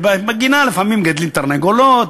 ובגינה לפעמים מגדלים תרנגולות,